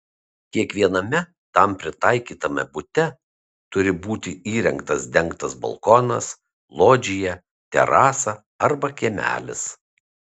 kiekviename tam pritaikytame bute turi būti įrengtas dengtas balkonas lodžija terasa arba kiemelis